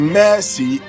mercy